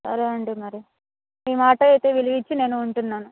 సరే అండి మరి మీ మాట అయితే విలువ ఇచ్చి నేను ఉంటున్నాను